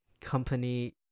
company